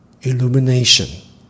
Illumination